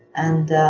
and